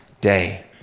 day